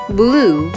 blue